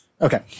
Okay